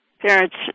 parents